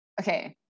okay